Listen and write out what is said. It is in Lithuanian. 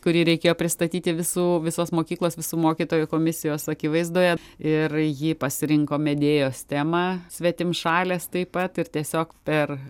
kurį reikėjo pristatyti visų visos mokyklos visų mokytojų komisijos akivaizdoje ir ji pasirinko medėjos temą svetimšalės taip pat ir tiesiog per